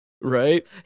right